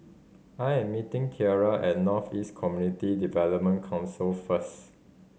I'm meeting Tierra at North East Community Development Council first